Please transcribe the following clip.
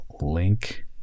Link